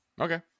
Okay